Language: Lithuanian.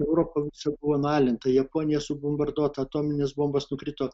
europa visa buvo nualinta japonija subombarduota atominės bombos nukrito